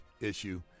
issue